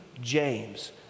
James